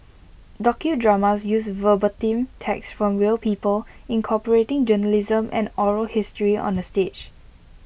docudramas use verbatim text from real people incorporating journalism and oral history on the stage